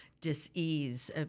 dis-ease